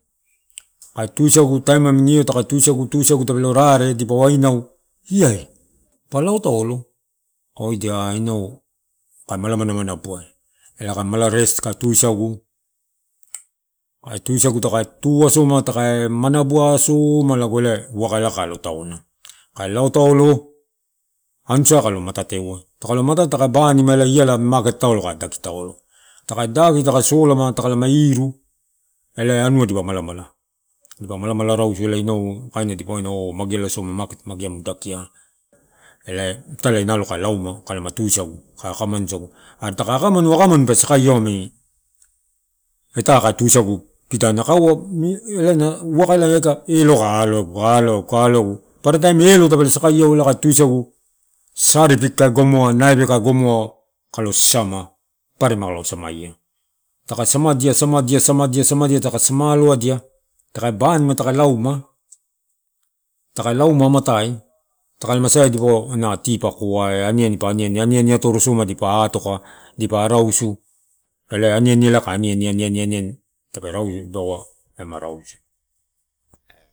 Taka tasagu taim namini io taka tusagu tepelo rare dipa wainau, "iya, pa lao taolo?" Kae waida " aah inau kae mala manamana buai. "Elai kae mala rest kae tusagu kae tusagu taka tu asoma takae manabu asoma, lago elai uaka elai alo taona. kae lao taolo anusai kalo matete ta, takalo matete taka banima elai iala namini makete taolo kae daki taolo taka daki taki solama takalama iruu, ela anua dipa malamala dipa mala mala rausu elai ianau kaina dipa wainau ooh mageala soma makete magea muu dakia, elai italia nalo kae lauma kalama tusagu, kae akumanu isagu. Aree taka akamanu tusagu, kae akamanu isagu. Aree taka akamanu, akamanu pe sakaiau amini, ita kae tusagu pidaniai. Kaeva elana vakaelai aika eloai taka aloa egu, aloa egu, aloa egu. Para taimu elo tepelo sakaiau elai kae tusagu, saripi kae gomoa, naipe kai gomoa kalo sasama, paparema kalo samaia. Taka samadia- samadia- samadia- samadia taka sama alodia, taka banima takae lauma taka lauma amtai, takalama saea, dipaua ina ti pa koai, aniani pa aniani, aniani atorosoma dipa atoka dipa arausu elae aniani elai kae aniani- aniani- aniani tepe rausu elai kaua ma rausu.